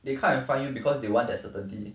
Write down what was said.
they come and find you because they want that certainty